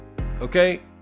Okay